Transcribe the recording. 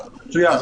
מצוין.